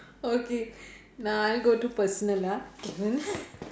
okay now I go to personal lah